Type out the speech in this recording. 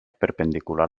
perpendicular